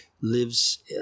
lives